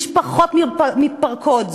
משפחות מתפרקות,